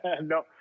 no